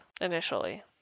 initially